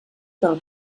del